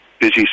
busy